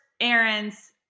errands